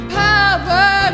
power